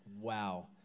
wow